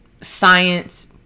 Science